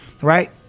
right